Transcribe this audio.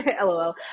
lol